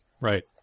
Right